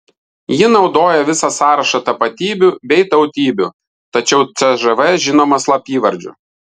ji naudoja visą sąrašą tapatybių bei tautybių tačiau cžv žinoma slapyvardžiu